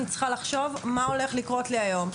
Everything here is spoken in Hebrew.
אני צריכה לחשוב מה הולך לקרות לי היום,